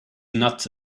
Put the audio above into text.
nuts